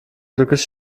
glückes